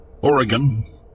Oregon